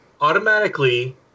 automatically